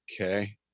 Okay